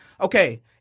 Okay